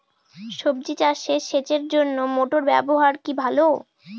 সবজি চাষে সেচের জন্য মোটর ব্যবহার কি ভালো?